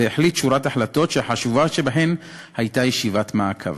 והחליט שורת החלטות שהחשובה שבהן הייתה ישיבת מעקב.